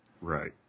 Right